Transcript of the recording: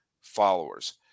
followers